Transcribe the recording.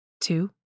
Two